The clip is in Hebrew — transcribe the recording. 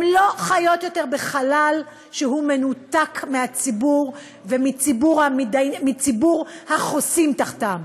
הם לא חיים יותר בחלל שהוא מנותק מהציבור ומציבור החוסים תחתם,